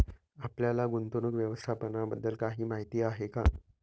आपल्याला गुंतवणूक व्यवस्थापनाबद्दल काही माहिती आहे का?